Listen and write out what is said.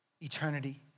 eternity